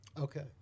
Okay